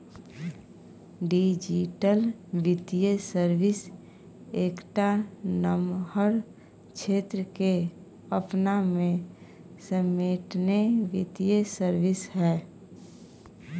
digital बित्तीय service एकटा नमहर क्षेत्र केँ अपना मे समेटने बित्तीय सर्विस छै